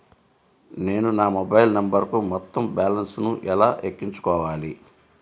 నేను నా మొబైల్ నంబరుకు మొత్తం బాలన్స్ ను ఎలా ఎక్కించుకోవాలి?